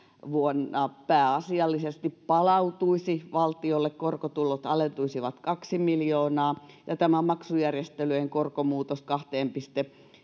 vuonna pääasiallisesti palautuisivat valtiolle korkotulot alentuisivat kaksi miljoonaa ja tämä maksujärjestelyjen korkomuutos kahteen pilkku